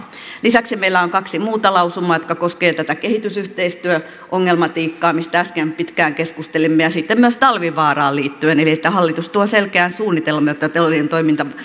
lisäksi meillä on kaksi muuta lausumaa ja ne koskevat tätä kehitysyhteistyöongelmatiikkaa mistä äsken pitkään keskustelimme ja sitten talvivaaraa liittyen siihen hallitus toisi selkeän suunnitelman jotta teollinen toiminta